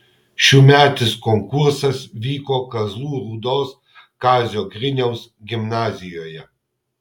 šiųmetis konkursas vyko kazlų rūdos kazio griniaus gimnazijoje